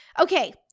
Okay